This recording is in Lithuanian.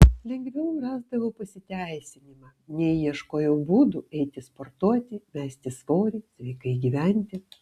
lengviau rasdavau pasiteisinimą nei ieškojau būdų eiti sportuoti mesti svorį sveikai gyventi